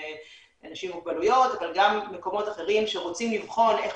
אנשים עם מוגבלויות אבל גם מקומות אחרים שרוצים לבחון איך